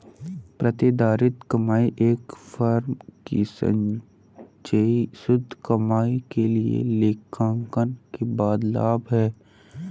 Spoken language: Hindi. प्रतिधारित कमाई एक फर्म की संचयी शुद्ध कमाई के लिए लेखांकन के बाद लाभ है